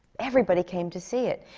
everybody came to see it.